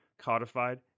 codified